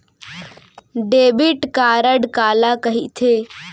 Debit card काला कहिथे?